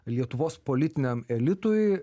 lietuvos politiniam elitui